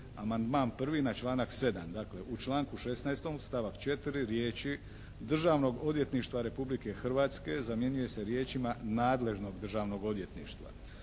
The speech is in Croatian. Amandman prvi na članak 7. Dakle u članku 16. stavak 4. riječi: "Državnog odvjetništva Republike Hrvatske" zamjenjuje se riječima: "nadležnog Državnog odvjetništva".